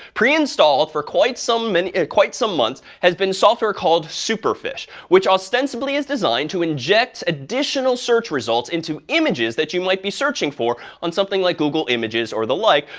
pre-installed, for quite some and quite some months, has been software called superfish, which ostensibly is designed to inject additional search results into images that you might be searching for on something like google images or the like,